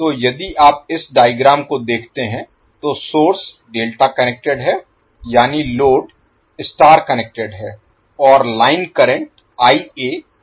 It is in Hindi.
तो यदि आप इस डायग्राम को देखते हैं तो सोर्स डेल्टा कनेक्टेड है यानी लोड स्टार कनेक्टेड है और लाइन करंट और हैं